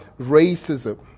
racism